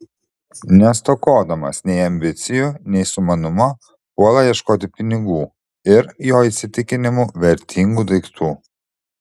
nestokodamas nei ambicijų nei sumanumo puola ieškoti pinigų ir jo įsitikinimu vertingų daiktų